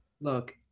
Look